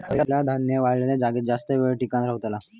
खयला धान्य वल्या जागेत जास्त येळ टिकान रवतला?